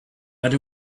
but